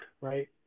right